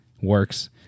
works